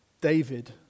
David